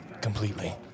completely